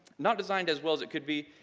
not designed as well as it could be.